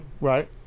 Right